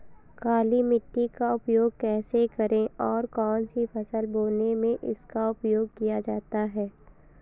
काली मिट्टी का उपयोग कैसे करें और कौन सी फसल बोने में इसका उपयोग किया जाता है?